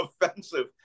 offensive